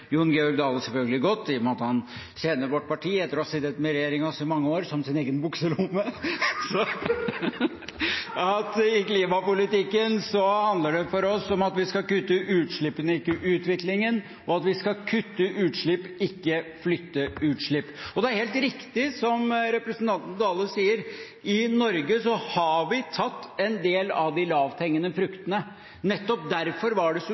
Jon Georg Dale selvfølgelig godt, i og med at han etter å ha sittet i regjering med oss i mange år kjenner vårt parti som sin egen bukselomme , at i klimapolitikken handler det for oss om at vi skal kutte utslippene, ikke utviklingen, og at vi skal kutte utslipp, ikke flytte utslipp. Og det er helt riktig som representanten Dale sier: I Norge har vi tatt en del av de lavthengende fruktene. Nettopp derfor var det